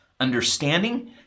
understanding